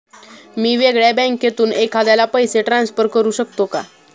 मी वेगळ्या बँकेतून एखाद्याला पैसे ट्रान्सफर करू शकतो का?